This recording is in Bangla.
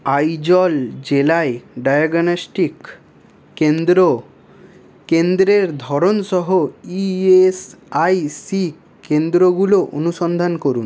আইজল জেলায় ডায়াগনস্টিক কেন্দ্র কেন্দ্রের ধরন সহ ই এস আই সি কেন্দ্রগুলো অনুসন্ধান করুন